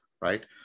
right